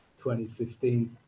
2015